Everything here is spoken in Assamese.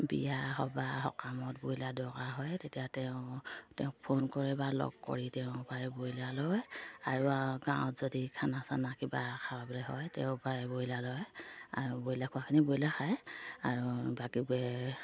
বিয়া সবাহ সকামত ব্ৰইলাৰ দৰকাৰ হয় তেতিয়া তেওঁ তেওঁক ফোন কৰে বা লগ কৰি তেওঁ ব্ৰইলাৰ লয় আৰু গাঁৱত যদি খানা চানা কিবা খাবলৈ হয় তেওঁ পাই ব্ৰইলাৰ লয় আৰু ব্ৰইলাৰ খোৱাখিনি ব্ৰইলাৰ খায় আৰু বাকীবোৰে